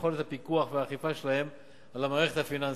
יכולת הפיקוח והאכיפה שלהם על המערכת הפיננסית.